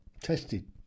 tested